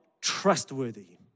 trustworthy